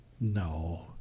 No